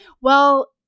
Well-